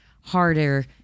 harder